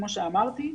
כמו שאמרתי,